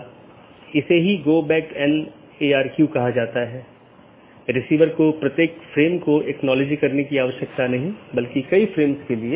इसलिए open message दो BGP साथियों के बीच एक सेशन खोलने के लिए है दूसरा अपडेट है BGP साथियों के बीच राउटिंग जानकारी को सही अपडेट करना